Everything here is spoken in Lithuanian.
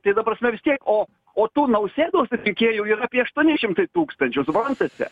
tai ta prasme vis tiek o o tų nausėdos rinkėjų yra apie aštuoni šimtai tūkstančių suprantate